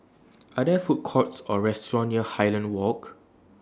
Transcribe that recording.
Are There Food Courts Or restaurants near Highland Walk